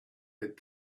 had